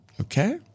okay